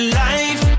life